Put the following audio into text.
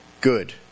good